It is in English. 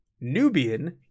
Nubian